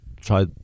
try